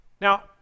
Now